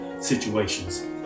situations